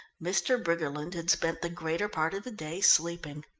mr. briggerland had spent the greater part of the day sleeping.